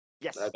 Yes